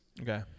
okay